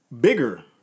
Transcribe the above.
Bigger